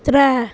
त्रै